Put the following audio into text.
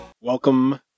Welcome